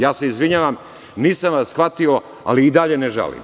Ja se izvinjavam, nisam vas shvatio, ali i dalje ne žalim.